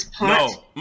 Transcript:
No